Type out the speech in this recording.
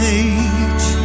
age